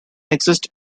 exist